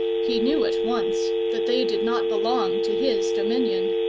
he knew at once that they did not belong to his dominion.